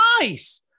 nice